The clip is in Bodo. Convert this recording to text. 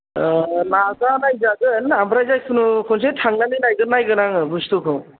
ओ माब्ला नायजागोन ओमफ्राय जायखुनु खनसे थांनानै नायग्रोनांगोन आङो बुस्तुखौ